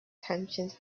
tensions